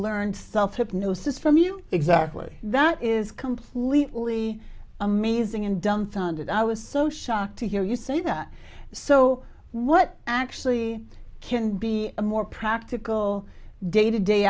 learned self hypnosis from you exactly that is completely amazing and dumbfounded i was so shocked to hear you say that so what actually can be a more practical day to day